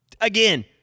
Again